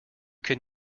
can